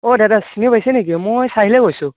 অ' দাদা চিনি পাইছে নেকি মই চাহিলে কৈছোঁ